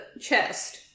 chest